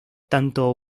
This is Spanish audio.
tanto